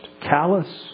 callous